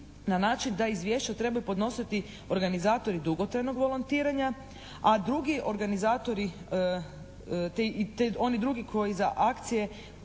na način da izvješća trebaju podnositi organizatori dugotrajnog volontiranja, a drugi organizatori i oni drugi koji za akcije